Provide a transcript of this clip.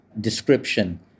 description